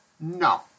no